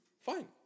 Fine